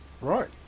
Right